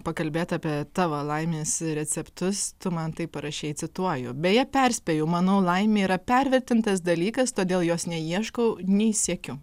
pakalbėt apie tavo laimės receptus tu man taip parašei cituoju beje perspėju manau laimė yra pervertintas dalykas todėl jos nei ieškau nei siekiu